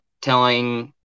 telling